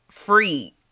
free